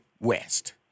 west